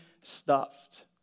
stuffed